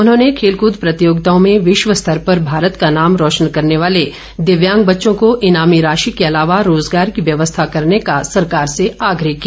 उन्होंने खेलकद प्रतियोगिताओं में विश्वस्तर पर भारत का नाम रोशन करने वाले दिव्यांग बच्चों को ईनामी राशि के अलावा रोजगार की व्यवस्था करने का सरकार से आग्रह किया